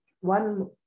one